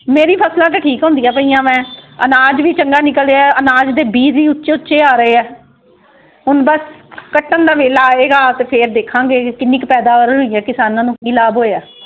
ਮੇਰੀ ਫਸਲਾਂ ਤਾਂ ਠੀਕ ਹੁੰਦੀਆਂ ਪਈਆਂ ਵੈ ਅਨਾਜ ਵੀ ਚੰਗਾ ਨਿਕਲ ਰਿਹਾ ਅਨਾਜ ਦੇ ਬੀਜ ਵੀ ਉੱਚੇ ਉੱਚੇ ਆ ਰਹੇ ਆ ਹੁਣ ਬਸ ਕੱਟਣ ਦਾ ਵੇਲਾ ਆਏਗਾ ਤਾਂ ਫਿਰ ਦੇਖਾਂਗੇ ਕਿੰਨੀ ਕੁ ਪੈਦਾ ਹੋਈ ਹੈ ਕਿਸਾਨਾਂ ਨੂੰ ਕੀ ਲਾਭ ਹੋਇਆ